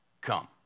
come